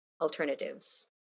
alternatives